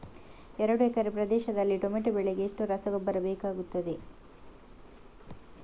ಎರಡು ಎಕರೆ ಪ್ರದೇಶದಲ್ಲಿ ಟೊಮ್ಯಾಟೊ ಬೆಳೆಗೆ ಎಷ್ಟು ರಸಗೊಬ್ಬರ ಬೇಕಾಗುತ್ತದೆ?